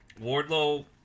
Wardlow